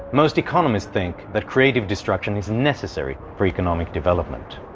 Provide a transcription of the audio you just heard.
most economists think that creative destruction is necessary for economic development.